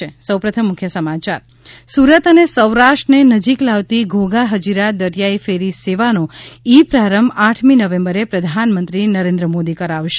ઃ સુરત અને સૌરાષ્ટ્ર ને નજીક લાવતી ઘોઘા હજીરા દરિયાઈ ફેરી સેવાનો ઈ પ્રારંભ આઠમી નવેમ્બરે પ્રધાનમંત્રી નરેન્દ્ર મોદી કરાવશે